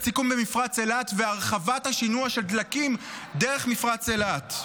סיכון" במפרץ אילת והרחבת השינוע של דלקים דרך מפרץ אילת.